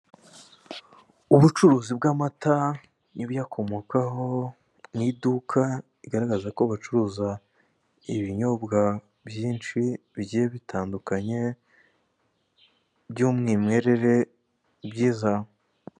Ubucuruzi bw'amata n'ibiyakomokaho mu iduka bigaragaza ko bacuruza ibinyobwa byinshi bigiye bitandukanye by'umwimerere byiza.